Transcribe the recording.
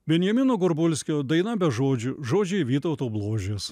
benjamino gorbulskio daina be žodžių žodžiai vytauto bložės